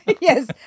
yes